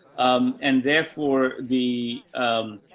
um, and therefore the, um,